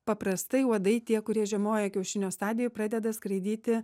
paprastai uodai tie kurie žiemoja kiaušinio stadijoj pradeda skraidyti